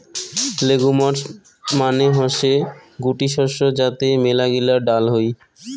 legumes মানে হসে গুটি শস্য যাতে মেলাগিলা ডাল হই